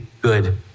good